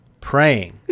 praying